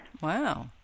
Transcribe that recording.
Wow